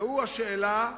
והוא השאלה,